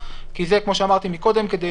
שכן עושה הבחנה בין